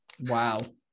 Wow